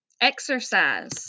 exercise